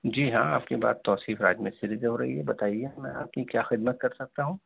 جی ہاں آپ کی بات توصیف راج مستری سے ہو رہی ہے بتائیے میں آپ کی کیا خدمت کر سکتا ہوں